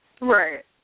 Right